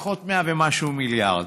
פחות 100 ומשהו מיליארד,